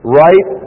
right